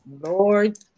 Lord